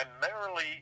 Primarily